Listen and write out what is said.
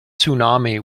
tsunami